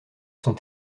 sont